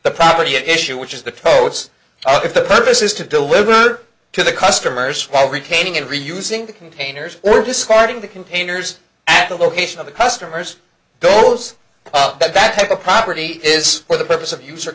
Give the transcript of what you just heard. the property issue which is the codes if the purpose is to deliver to the customers while retaining and reusing the containers or discarding the containers at the location of the customers those that have a property is for the purpose of use